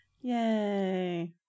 Yay